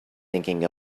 thinking